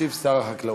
ישיב שר החקלאות.